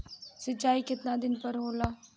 सिंचाई केतना दिन पर होला?